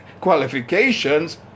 qualifications